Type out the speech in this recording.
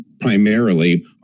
primarily